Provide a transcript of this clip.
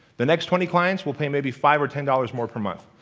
the next twenty clients will pay maybe five or ten dollars more per month.